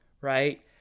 right